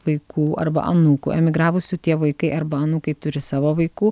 vaikų arba anūkų emigravusių tie vaikai arba anūkai turi savo vaikų